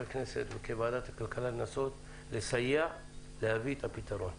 כוועדת הכלכלה התגייסנו כאן על מנת לסייע ולהביא פתרון.